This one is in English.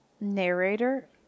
narrator